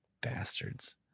Bastards